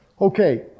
okay